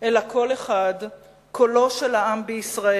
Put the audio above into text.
אלא קול אחד, קולו של העם בישראל,